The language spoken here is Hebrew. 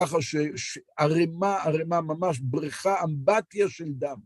ככה שערימה, ערימה ממש בריכה אמבטיה של דם.